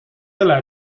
dela